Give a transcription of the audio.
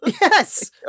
Yes